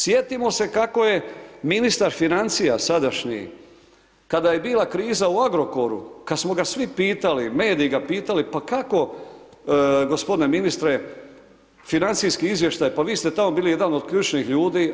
Sjetimo se kako je ministar financija sadašnji kada je bila kriza u Agrokoru kada smo ga svi pitali, mediji ga pitali – pa kako gospodine ministre financijski izvještaj, pa vi ste tamo bili jedan od ključnih ljudi.